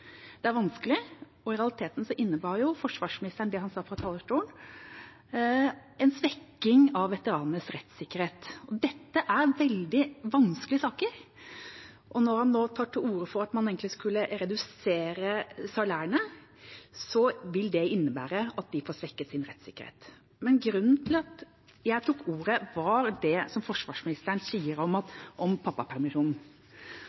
Det er vanskelig, og i realiteten innebar jo det forsvarsministeren sa fra talerstolen, en svekking av veteranenes rettssikkerhet. Dette er veldig vanskelige saker, og når han nå tar til orde for at man egentlig skulle redusere salærene, vil det innebære at de får svekket sin rettssikkerhet. Men grunnen til at jeg tok ordet, var det forsvarsministeren sa om